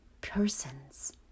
persons